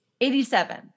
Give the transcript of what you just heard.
87